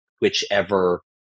whichever